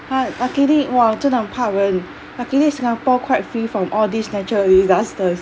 luckily !wah! 真的很怕人 luckily singapore quite free from all these natural disasters